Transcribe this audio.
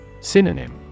Synonym